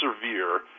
severe